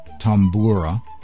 Tambura